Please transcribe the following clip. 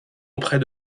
auprès